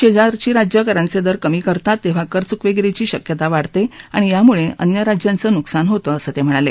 शेजारची राज्य करांचे दर कमी करतात तेव्हा कर चुकवेगिरीची शक्यता वाढते आणि यामुळे अन्य राज्याचं नुकसान होतं असं ते म्हणाले